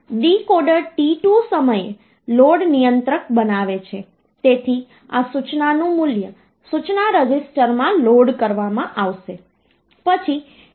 તેથી આ રીતે તમે જોશો કે આ સંખ્યાને જો આપણે અપૂર્ણાંક ભાગને નંબર સિસ્ટમના પાયા દ્વારા ગુણાકાર કરીએ તો તેના પૂર્ણાંક ભાગને આગામી નોંધપાત્ર અંક તરીકે લઈએ અને બાકીના અપૂર્ણાંક ભાગને નંબર સિસ્ટમના આધાર દ્વારા ગુણાકાર કરવાનું ચાલુ રાખીએ